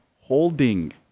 holding